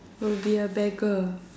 will be a beggar